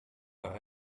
par